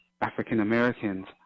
african-americans